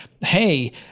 hey